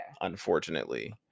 unfortunately